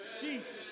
Jesus